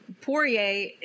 Poirier